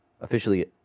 officially